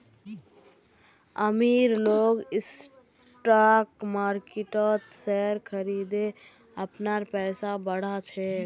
अमीर लोग स्टॉक मार्किटत शेयर खरिदे अपनार पैसा बढ़ा छेक